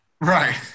Right